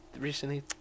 Recently